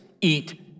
eat